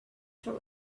there